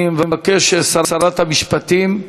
אני מבקש ששרת המשפטים,